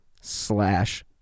slash